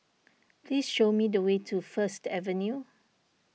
please show me the way to First Avenue